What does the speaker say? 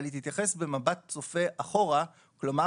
אבל היא תתייחס במבט צופה אחורה,